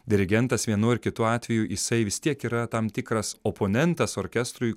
dirigentas vienu ar kitu atveju jisai vis tiek yra tam tikras oponentas orkestrui